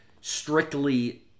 strictly